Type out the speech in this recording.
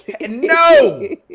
no